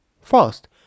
First